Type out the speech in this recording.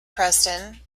preston